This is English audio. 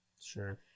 Sure